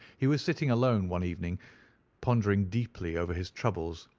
he was sitting alone one evening pondering deeply over his troubles,